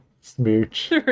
Smooch